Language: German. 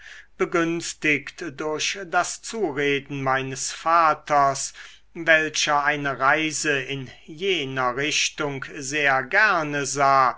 begünstigt durch das zureden meines vaters welcher eine reise in jener richtung sehr gerne sah